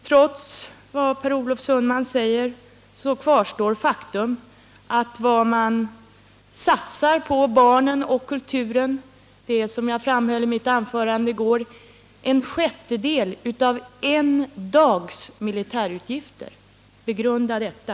Trots vad Per Olof Sundman säger kvarstår faktum: Det som satsas på barnkulturen utgör, som jag framhöll i mitt anförande i går, en sjättedel av en dags militärutgifter. Begrunda detta!